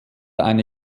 eine